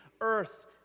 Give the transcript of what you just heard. Earth